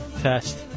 test